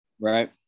Right